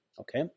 okay